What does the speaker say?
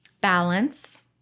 Balance